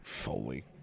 foley